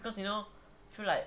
cause you know through like